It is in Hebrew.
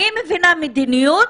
אני מבינה מדיניות,